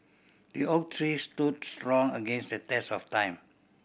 the oak tree stood strong against the test of time